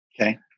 Okay